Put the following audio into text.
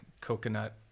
coconut